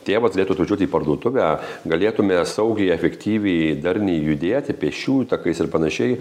tėvas galėtų atvažiuot į parduotuvę galėtume saugiai efektyviai darniai judėti pėsčiųjų takais ir panašiai